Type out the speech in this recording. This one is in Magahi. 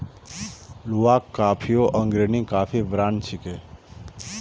लुवाक कॉफियो अग्रणी कॉफी ब्रांड छिके